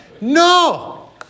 No